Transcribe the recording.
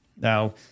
Now